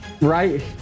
right